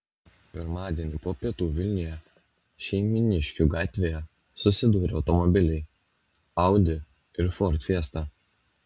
pirmadienį po pietų vilniuje šeimyniškių gatvėje susidūrė automobiliai audi ir ford fiesta